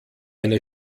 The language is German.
eine